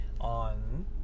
on